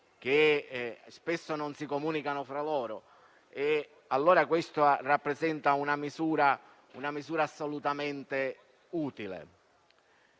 che spesso non comunicano fra loro. Ecco che allora questa rappresenta una misura assolutamente utile.